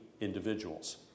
individuals